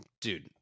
dude